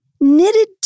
knitted